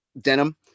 denim